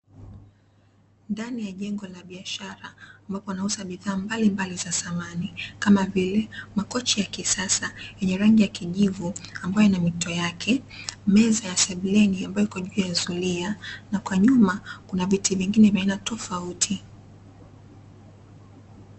Ndani ya jengo la biashara, ambapo wanauza bidhaa mbalimbali za samani, kama vile; makochi ya kisasa yenye rangi ya kijivu ambayo ina mito yake, Meza ya sebuleni ambayo ipo juu ya zulia na kwa nyuma kuna viti vingine vya aina tofauti.